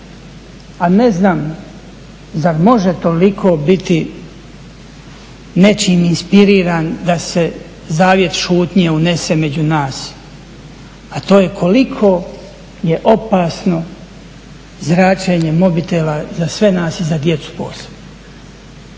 a ne znam zar može toliko biti nečim inspiriran da se zavjet šutnje unese među nas, a to je koliko je opasno zračenje mobitela za sve nas i za djecu posebno.